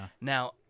now